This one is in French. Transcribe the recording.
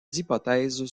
hypothèses